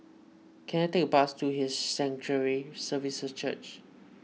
can I take a bus to His Sanctuary Services Church